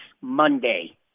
Monday